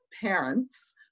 parents